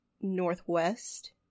northwest